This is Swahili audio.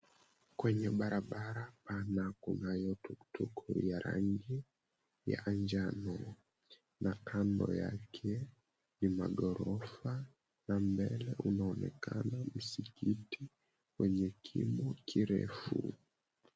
Kwenye barabara pana kunayo tuktuk ya rangi ya njano na kando yake ni magorofa na mbele unaonekana msikiti wenye kimo kirefu.